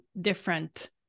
different